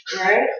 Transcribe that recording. Right